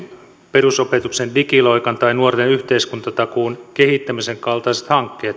perusopetuksen digiloikan tai nuorten yhteiskuntatakuun kehittämisen kaltaiset hankkeet